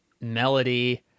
melody